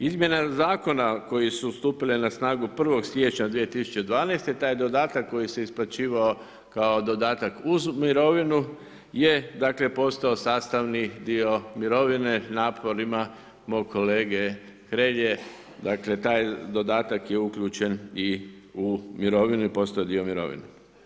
Izmjenama zakona koje su stupile na snagu 1. siječnja 2012. taj dodatak koji se isplaćivao kao dodatak uz mirovinu je postao sastavni dio mirovine naporima mog kolege Hrelje, dakle taj dodatak je uključen u mirovinu i postao je dio mirovine.